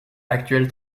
actuelle